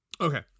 Okay